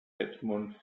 edmund